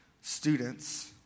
students